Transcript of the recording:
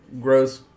gross